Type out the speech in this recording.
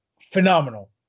phenomenal